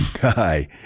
guy